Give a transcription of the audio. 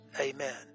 Amen